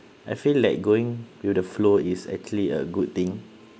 I feel like going with the flow is actually a good thing